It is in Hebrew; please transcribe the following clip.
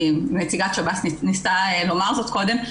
נציגת שב"ס ניסתה לומר זאת קודם,